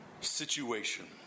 situation